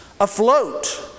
afloat